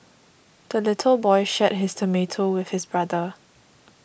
the little boy shared his tomato with his brother